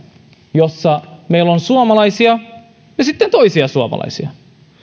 jossa meillä on suomalaisia ja sitten toisia suomalaisia